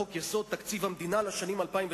פשוט בפועל,